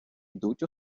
йдуть